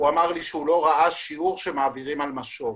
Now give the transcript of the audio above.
הוא אמר לי שהוא לא ראה שיעור שמעבירים על משוב.